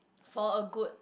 for a good